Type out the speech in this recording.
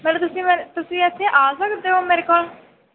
ਮਤਲਬ ਤੁਸੀਂ ਮ ਤੁਸੀਂ ਇੱਥੇ ਆ ਸਕਦੇ ਹੋ ਮੇਰੇ ਕੋਲ